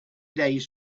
days